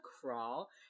crawl